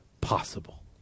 possible